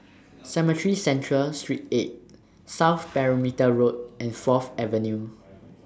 Cemetry Central Street eight South Perimeter Road and Fourth Avenue